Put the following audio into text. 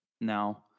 Now